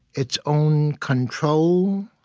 its own control,